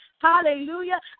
Hallelujah